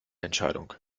entscheidung